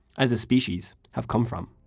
as a species, have come from.